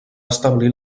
establir